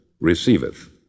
receiveth